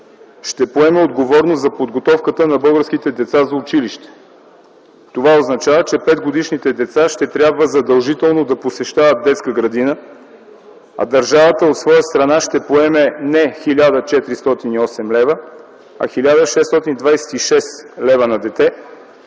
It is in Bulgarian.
ще поеме отговорност за подготовката на българските деца за училище. Това означава, че 5-годишните деца ще трябва задължително да посещават детска градина, а държавата от своя страна ще поеме не 1408 лв., а 1626 лв. на дете